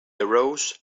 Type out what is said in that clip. arose